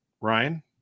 Ryan